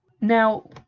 Now